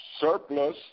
surplus